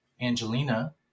Angelina